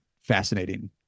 fascinating